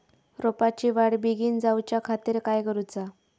रोपाची वाढ बिगीन जाऊच्या खातीर काय करुचा?